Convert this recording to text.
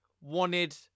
Wanted